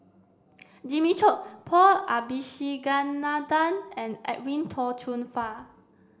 Jimmy Chok Paul Abisheganaden and Edwin Tong Chun Fai